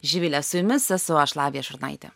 živile su jumis esu aš lavija šurnaitė